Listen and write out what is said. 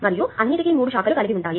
మరియు అన్నింటికీ 3 శాఖలు కలిగి ఉంటాయి